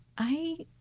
i,